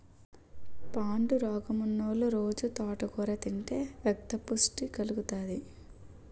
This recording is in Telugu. పాండురోగమున్నోలు రొజూ తోటకూర తింతే రక్తపుష్టి కలుగుతాది